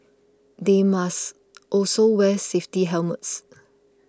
they must also wear safety helmets